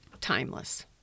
timeless